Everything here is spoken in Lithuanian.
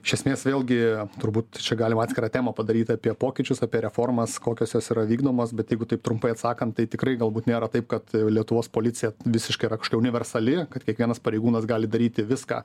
iš esmės vėlgi turbūt čia galima atskirą temą padaryt apie pokyčius apie reformas kokios jos yra vykdomos bet jeigu taip trumpai atsakant tai tikrai galbūt nėra taip kad lietuvos policija visiškai yra kažkokia universali kad kiekvienas pareigūnas gali daryti viską